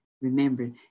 Remember